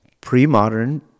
pre-modern